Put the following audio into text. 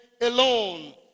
alone